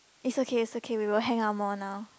it's okay it's okay we will hang out more now